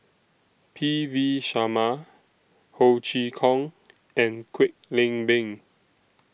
P V Sharma Ho Chee Kong and Kwek Leng Beng